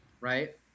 right